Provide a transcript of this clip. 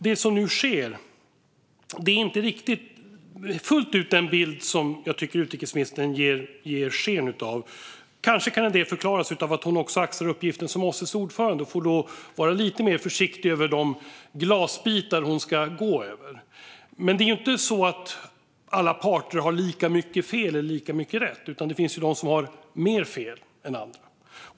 Det som nu sker är inte riktigt fullt ut den bild som jag tycker att utrikesministern ger sken av. Kanske kan en del förklaras av att hon också axlar uppgiften som OSSE:s ordförande och då får vara lite mer försiktig när hon går över glasbitarna. Det är inte så att alla parter har lika mycket fel eller lika mycket rätt, utan det finns de som har mer fel än andra.